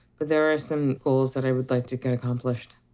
but there are some goals that i would like to get accomplished.